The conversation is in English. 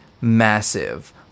massive